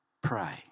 pray